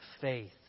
faith